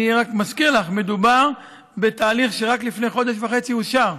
אני רק מזכיר לך: מדובר בתהליך שרק לפני חודש וחצי אושר.